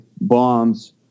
bombs